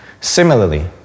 Similarly